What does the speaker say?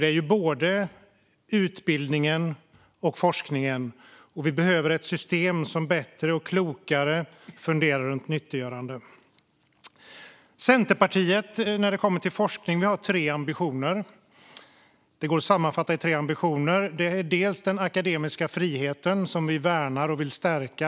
Det är både utbildningen och forskningen, och vi behöver ett system som bättre och klokare funderar runt nyttiggörande. Centerpartiet har tre ambitioner när det kommer till forskningen. Den första gäller den akademiska friheten, som vi värnar och vill stärka.